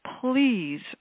Please